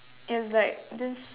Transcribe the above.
it's like this